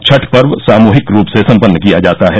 छठ पर्व सामूहिक रूप से सम्पन्न किया जाता है